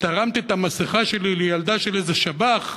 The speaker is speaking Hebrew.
ותרמתי את המסכה שלי לילדה של איזה שב"ח,